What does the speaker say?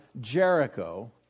Jericho